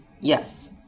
yes